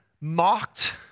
mocked